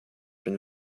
been